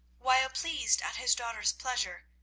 while pleased at his daughter's pleasure,